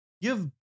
Give